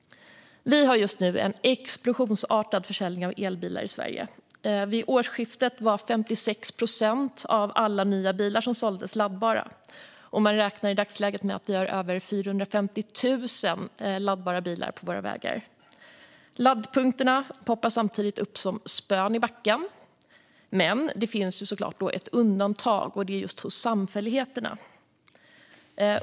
Vi har just nu en explosionsartad försäljning av elbilar i Sverige. Vid årsskiftet var 56 procent av alla nya bilar som såldes laddbara, och man räknar i dagsläget med att vi har över 450 000 laddbara bilar på våra vägar. Laddpunkterna poppar samtidigt upp lika tätt som när regnet står som spön i backen. Men det finns såklart ett undantag, och det är just hos samfälligheterna.